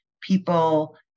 people